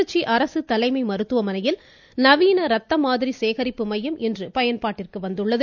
திருச்சி அரசு தலைமை மருத்துவமனையில் நவீன ரத்த மாதிரி சேகரிப்பு மையம் இன்று பயன்பாட்டிற்கு வந்துள்ளது